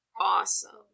Awesome